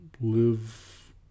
live